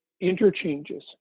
interchanges